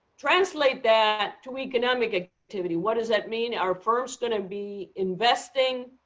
translate that to economic ah activity. what does that mean? are firms going to be investing